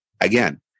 Again